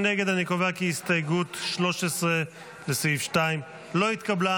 כי הסתייגות 13, לסעיף 2, לא התקבלה.